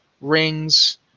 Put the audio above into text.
rings